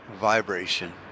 vibration